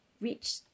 reach